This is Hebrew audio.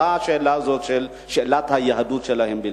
ונשארה שאלת היהדות שלהם בלבד.